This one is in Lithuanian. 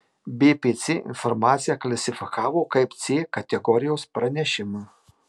bpc informaciją klasifikavo kaip c kategorijos pranešimą